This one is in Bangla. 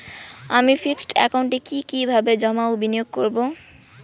আমি ফিক্সড একাউন্টে কি কিভাবে জমা ও বিনিয়োগ করব?